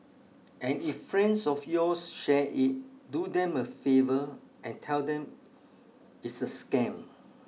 and if friends of yours share it do them a favour and tell them it's a scam